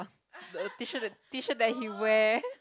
the T-shirt T-shirt that he wear